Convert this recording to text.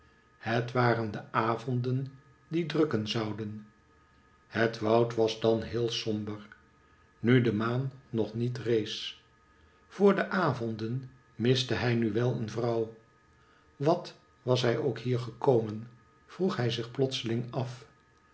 het waren de avonden die drukken zouden het woud was dan heel somber nu de maan nog niet rees voor de avonden miste hij nu wel een vrouw wat was hij ook hier gekomen vroeg hij zich plotseling af